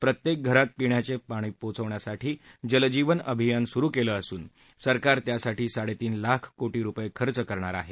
प्रत्येक घरात पिण्याचं पाणी पोचवण्यासाठी जलजीवन अभियान सरु केलं असून सरकार त्यासाठी साडेतीन लाख कोटी रुपये खर्च करणार आहे